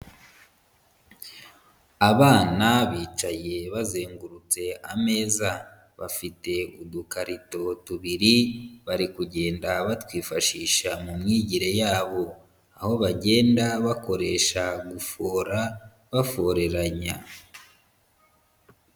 Abana bicaye bazengurutse ameza, bafite udukarito tubiri bari kugenda batwifashisha mu myigire yabo, aho bagenda bakoresha gufora baforeranya.